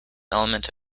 element